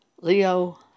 Leo